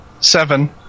Seven